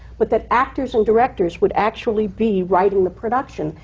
but that actors and directors would actually be writing the production,